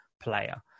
player